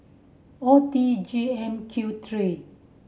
O T G M Q three